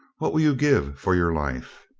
what will you give for your life?